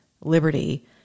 liberty